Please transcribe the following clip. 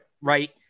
Right